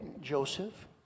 Joseph